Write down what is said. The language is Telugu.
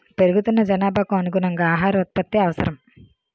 పెరుగుతున్న జనాభాకు అనుగుణంగా ఆహార ఉత్పత్తి అవసరం